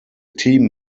team